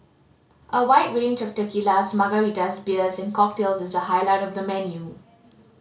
a wide range of tequilas margaritas beers and cocktails is the highlight of the menu